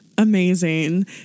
amazing